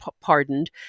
pardoned